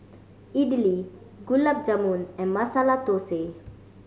Idili Gulab Jamun and Masala Dosa